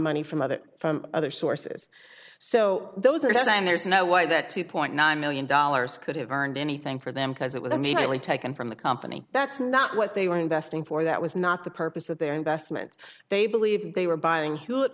money from other from other sources so those are saying there's no way that two point nine million dollars could have earned anything for them because it will need only taken from the company that's not what they were investing for that was not the purpose of their investments they believed they were buying hewlett